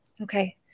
Okay